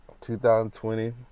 2020